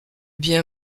bien